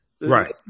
Right